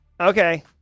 Okay